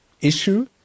issue